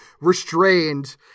restrained